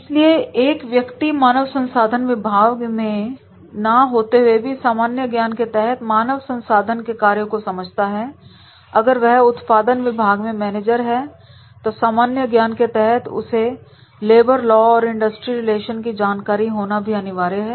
इसलिए एक व्यक्ति मानव संसाधन विभाग में ना होते हुए भी सामान्य ज्ञान के तहत मानव संसाधन के कार्य को समझता है अगर वह उत्पादन विभाग में मैनेजर है तो सामान्य ज्ञान के तहत उसे लेबर लॉ और इंडस्ट्री रिलेशन की जानकारी होना भी अनिवार्य है